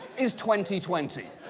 is twenty twenty.